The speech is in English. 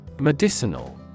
Medicinal